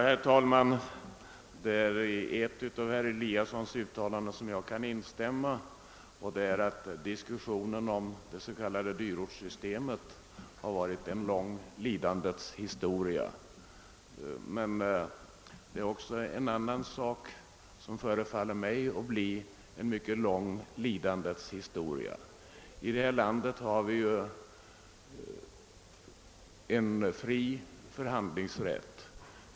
Herr talman! I ett av herr Eliassons i Sundborn uttalanden kan jag instämma, nämligen att diskussionen om det s.k. dyrortssystemet varit en lång lidandets historia. Men även en annan sak förefaller mig bli en mycket lång lidandets historia. I detta land har vi en fri förhandlingsrätt.